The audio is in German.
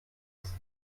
ist